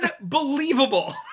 unbelievable